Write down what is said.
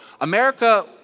America